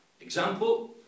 Example